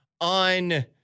On